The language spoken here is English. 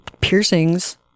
piercings